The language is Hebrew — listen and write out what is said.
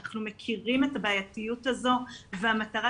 אנחנו מכירים את הבעייתיות הזו והמטרה